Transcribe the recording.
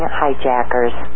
hijackers